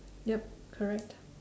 yup correct